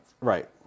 right